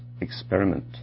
experiment